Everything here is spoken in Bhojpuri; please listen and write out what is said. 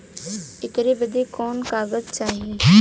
ऐकर बदे कवन कवन कागज चाही?